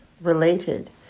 related